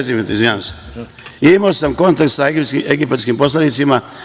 Imao sam kontakt sa egipatskim poslanicima.